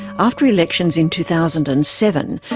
after elections in two thousand and seven,